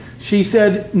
she said,